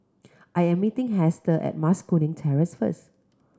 I am meeting Hester at Mas Kuning Terrace first